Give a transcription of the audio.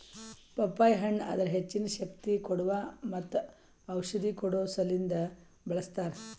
ಪಪ್ಪಾಯಿ ಹಣ್ಣ್ ಅದರ್ ಹೆಚ್ಚಿನ ಶಕ್ತಿ ಕೋಡುವಾ ಮತ್ತ ಔಷಧಿ ಕೊಡೋ ಸಲಿಂದ್ ಬಳ್ಸತಾರ್